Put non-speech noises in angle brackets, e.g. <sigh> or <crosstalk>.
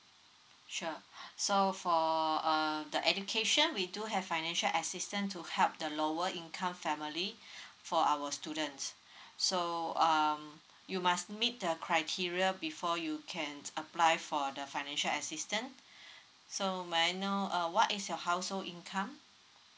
sure <breath> so for err the education we do have financial assistance to help the lower income family <breath> for our students <breath> so um you must meet the criteria before you can apply for the financial assistance <breath> so may I know uh what is your household income